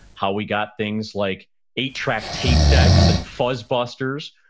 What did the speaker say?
how we got things like eight track tape decks and fuzzbusters,